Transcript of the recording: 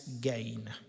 gain